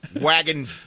wagon